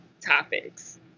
topics